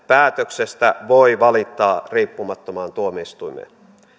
päätöksestä voi valittaa riippumattomaan tuomioistuimeen